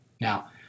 Now